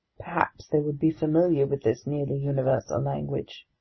perhaps they would be familiar with this nearly universal language.